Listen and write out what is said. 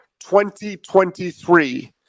2023